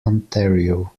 ontario